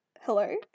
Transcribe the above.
hello